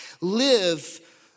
live